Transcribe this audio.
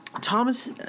Thomas